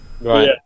right